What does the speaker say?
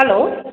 hello